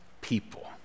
people